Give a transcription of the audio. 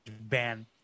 ban